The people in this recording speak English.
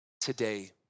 today